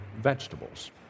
vegetables